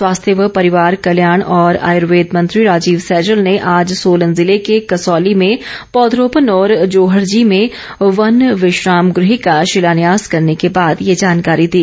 स्वास्थ्य व परिवार कल्याण और आयुर्वेद मंत्री राजीव सैजल ने आज सोलन जिले के कसौली में पौधरोपण और जोहड़जी में वन विश्राम गृह का शिलान्यास करने के बाद ये जानकारी दी